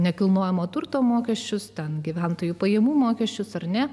nekilnojamo turto mokesčius ten gyventojų pajamų mokesčius ar ne